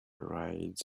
rides